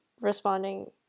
responding